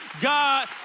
God